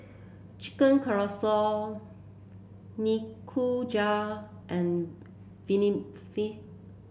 Chicken Casserole Nikujaga and Vermicelli